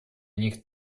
них